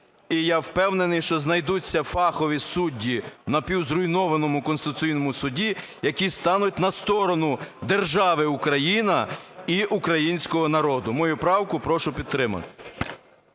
і я впевнений, що знайдуться фахові судді у напівзруйнованому Конституційному Суді, які стануть на сторону держави Україна і українського народу. Мою правку прошу підтримати.